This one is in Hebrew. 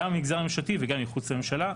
גם מהמגזר הממשלתי וגם מחוץ לממשלה,